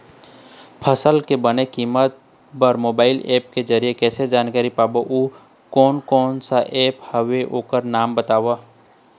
फसल के बने कीमत बर मोबाइल ऐप के जरिए कैसे जानकारी पाबो अउ कोन कौन कोन सा ऐप हवे ओकर नाम बताव?